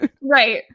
Right